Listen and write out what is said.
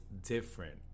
different